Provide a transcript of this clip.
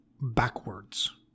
backwards